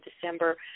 December